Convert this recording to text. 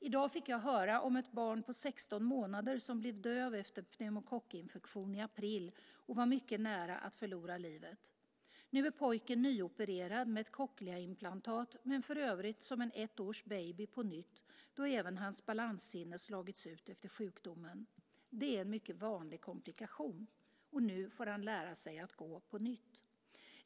I dag fick jag höra om ett barn på 16 månader som blev döv efter en pneumokockinfektion i april och var mycket nära att förlora livet. Nu är pojken nyopererad med ett cochleaimplantat, men för övrigt som en ett års baby på nytt då även hans balanssinne slagits ut efter sjukdomen. Det är en mycket vanlig komplikation. Nu får han lära sig att gå på nytt.